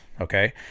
okay